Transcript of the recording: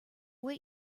what